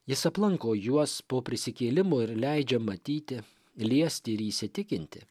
jis aplanko juos po prisikėlimo ir leidžia matyti liesti ir įsitikinti